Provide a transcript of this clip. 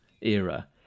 era